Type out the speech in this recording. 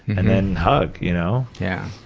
and then hug, you know. yeah.